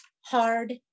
hard